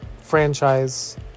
franchise